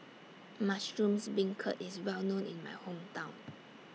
Mushroom Beancurd IS Well known in My Hometown